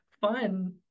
fun